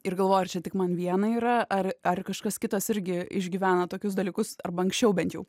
ir galvoju ar čia tik man vienai yra ar ar kažkas kitas irgi išgyvena tokius dalykus arba anksčiau bent jau